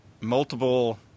multiple